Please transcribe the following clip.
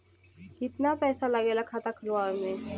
कितना पैसा लागेला खाता खोलवावे में?